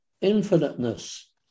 infiniteness